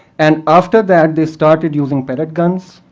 and after that, they started using pellet guns.